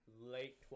late